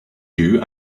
you